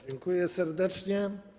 Dziękuję serdecznie.